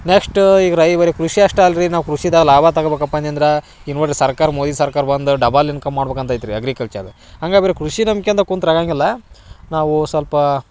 next ಈಗ ರೈವರಿ ಕೃಷಿ ಅಷ್ಟೇ ಅಲ್ಲ ರೀ ನಾವು ಕೃಷಿದ ಲಾಭ ತಗೊಳ್ಬೇಕಪ್ಪ ಅನ್ಯಂದ್ರೆ ಈಗ ನೋಡಿರಿ ಸರ್ಕಾರ ಮೋದಿ ಸರ್ಕಾರ ಬಂದು ಡಬಲ್ ಇನ್ಕಮ್ ಮಾಡ್ಬೇಕಂತ ಐತೆ ರೀ ಅಗ್ರಿಕಲ್ಚರ್ ಹಂಗಾಗಿ ಬರೀ ಕೃಷಿ ನಂಬ್ಕೊಳ್ತಾ ಕುಂತ್ರೆ ಆಗೋಂಗಿಲ್ಲ ನಾವೂ ಸ್ವಲ್ಪ ಖ